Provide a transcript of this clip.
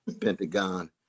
pentagon